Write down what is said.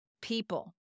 people